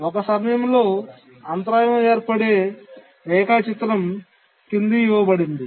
ఒక సమయంలో అంతరాయం ఏర్పడే రేఖాచిత్రం క్రింద ఇవ్వబడింది